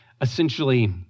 essentially